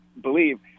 believe